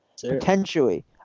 Potentially